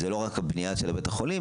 זאת לא רק הבנייה בבית החולים,